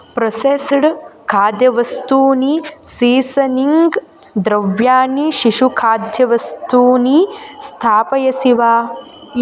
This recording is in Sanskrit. प्रोसेस्ड् खाद्यवस्तूनि सीसनिङ्ग् द्रव्याणि शिशुखाध्यवस्तूनि स्थापयसि वा